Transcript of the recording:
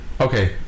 Okay